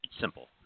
Simple